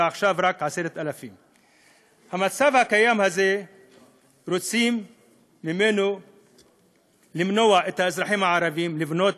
ועכשיו רק 10,000. במצב הקיים הזה רוצים למנוע מהאזרחים הערבים לבנות